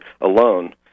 alone